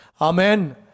Amen